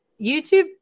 YouTube